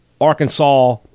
Arkansas